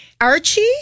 Archie